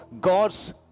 God's